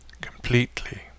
completely